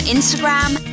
Instagram